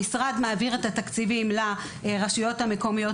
המשרד מעביר את התקציבים לרשויות המקומיות